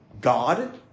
God